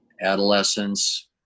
adolescence